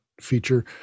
feature